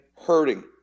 hurting